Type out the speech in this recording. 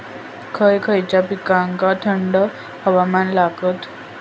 खय खयच्या पिकांका थंड हवामान लागतं?